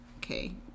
Okay